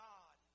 God